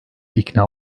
ikna